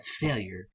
failure